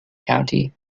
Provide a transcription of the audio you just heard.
county